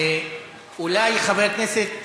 אולי חבר הכנסת